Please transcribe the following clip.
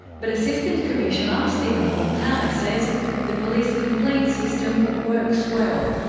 but assistant commissioner stephen fontana says the police complaints system works well.